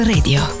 Radio